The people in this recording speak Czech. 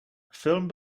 film